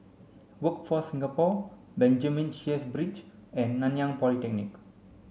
Workforce Singapore Benjamin Sheares Bridge and Nanyang Polytechnic